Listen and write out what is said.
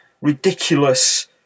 ridiculous